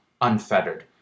unfettered